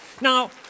now